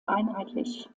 einheitlich